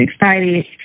excited